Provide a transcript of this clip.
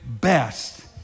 best